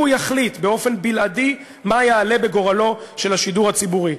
והוא יחליט באופן בלעדי מה יעלה בגורלו של השידור הציבורי.